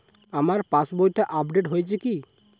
আমার পাশবইটা আপডেট হয়েছে কি?